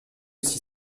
aussi